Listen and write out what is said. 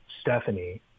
Stephanie